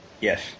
yes